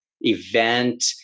event